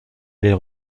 aller